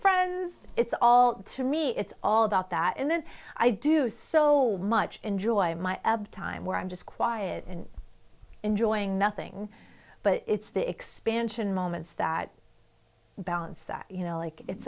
friends it's all to me it's all about that and then i do so much enjoy my abt time where i'm just quiet and enjoying nothing but it's the expansion moments that balance that you know